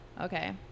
Okay